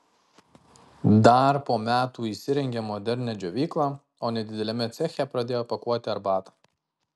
dar po metų įsirengė modernią džiovyklą o nedideliame ceche pradėjo pakuoti arbatą